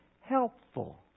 helpful